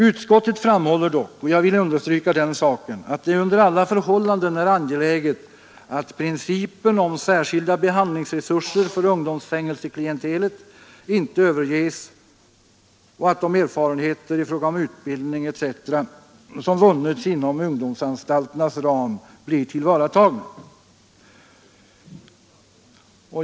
Utskottet framhåller dock — och jag vill understryka den saken — att det under alla förhållanden är angeläget att principen om särskilda behandlingsresurser för ungdomsfängelseklientelet inte överges och att de erfarenheter i fråga om utbildning etc. som vunnits inom ungdomsanstalternas ram blir tillvaratagna.